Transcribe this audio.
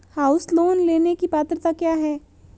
House loan लेने की पात्रता क्या है?